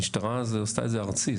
המשטרה עשתה את זה ארצי.